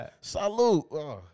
Salute